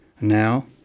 now